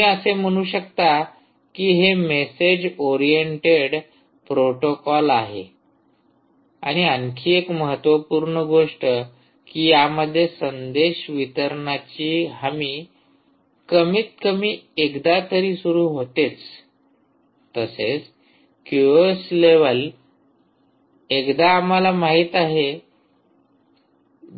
तुम्ही असे म्हणू शकता की हे मॅसेज ओरिएंटेड प्रोटोकॉल आहे आणि आणखी एक महत्त्वपूर्ण गोष्ट आहे की यामध्ये संदेश वितरणाची हमी कमीतकमी एकदा तरी सुरू होतेच तसेच क्यूओएस लेव्हल एकदा आम्हाला माहित आहे